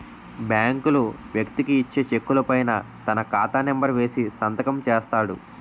బ్యాంకులు వ్యక్తికి ఇచ్చే చెక్కుల పైన తన ఖాతా నెంబర్ వేసి సంతకం చేస్తాడు